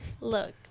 Look